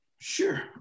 Sure